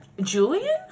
Julian